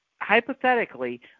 hypothetically